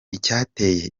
icyateye